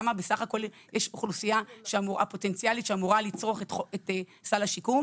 מה האוכלוסייה הפוטנציאלית שאמורה לצרוך את סל השיקום.